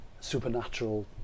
supernatural